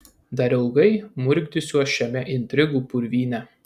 dar ilgai murkdysiuos šiame intrigų purvyne